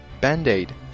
Band-Aid